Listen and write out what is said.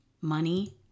money